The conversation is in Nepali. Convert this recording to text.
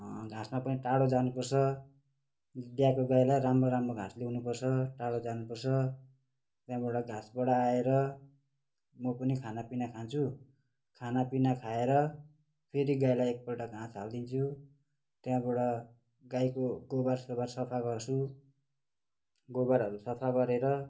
घाँसमा पनि टाढो जानुपर्छ बियाएको गाईलाई राम्रो राम्रो घाँस ल्याउनुपर्छ टाढो जानुपर्छ त्यहाँबाट घाँसबाट आएर म पनि खानापिना खान्छु खानापिना खाएर फेरि गाईलाई एकपटक घाँस हालिदिन्छु त्यहाँबाट गाईको गोबरसोबर सफा गर्छु गोबरहरू सफा गरेर